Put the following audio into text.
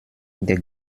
der